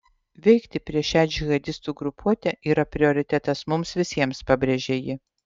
veikti prieš šią džihadistų grupuotę yra prioritetas mums visiems pabrėžė ji